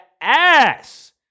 ass